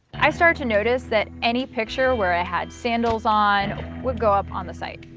i started to notice that any picture where i had sandals on would go up on the site.